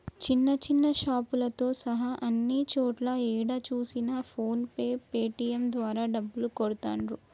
చిన్న చిన్న షాపులతో సహా అన్ని చోట్లా ఏడ చూసినా ఫోన్ పే పేటీఎం ద్వారా డబ్బులు కడతాండ్రు